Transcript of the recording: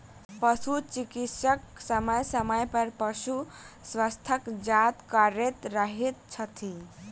पशु चिकित्सक समय समय पर पशुक स्वास्थ्य जाँच करैत रहैत छथि